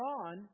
on